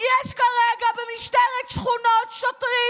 יש כרגע במשטרת השכונות שוטרים